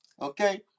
okay